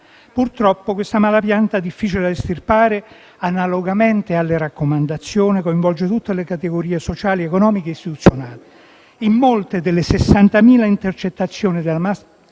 infetta». Questa malapianta, difficile da estirpare (analogamente alle raccomandazioni), coinvolge purtroppo tutte le categorie sociali, economiche e istituzionali. In molte delle 60.000 intercettazioni della maxi-inchiesta